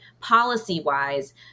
policy-wise